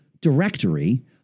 directory